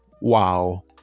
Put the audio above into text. wow